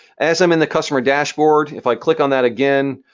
as i'm in the customer dashboard, if i click on that again,